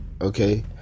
Okay